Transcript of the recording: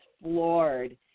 floored